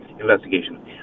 investigation